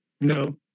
no